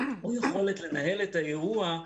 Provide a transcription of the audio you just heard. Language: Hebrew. או יכולת לנהל את האירוע.